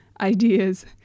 ideas